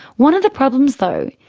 one of the problems though,